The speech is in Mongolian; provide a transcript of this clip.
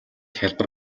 хялбар